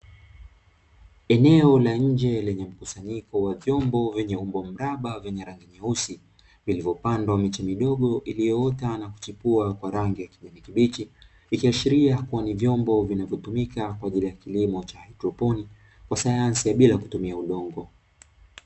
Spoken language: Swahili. Eneo la nje lenye mkusanyiko wa vyombo vyenye umbo mraba vyenye rangi nyeusi vilivyopandwa miche midogo iliyoota na kuchipua kwa rangi ya kijani kibichi ikiashiria kuwa ni vyombo vinavyotumika kwa ajili ya kilimo cha hydroponi kwa sayansi ya bila kutumia udongo.